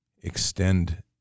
extend